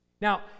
Now